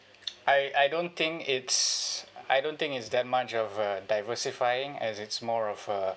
I I don't think it's I don't think is that much of a diversifying as it's more of a